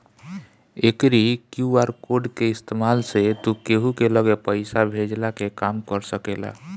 एकरी QR code के इस्तेमाल से तू केहू के लगे पईसा भेजला के काम कर सकेला